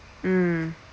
mm